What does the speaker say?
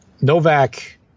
novak